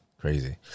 Crazy